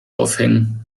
aufhängen